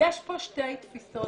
חבר'ה, יש לי רק בקשה.